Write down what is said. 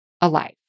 alive